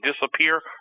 disappear